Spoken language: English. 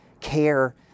care